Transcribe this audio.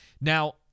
now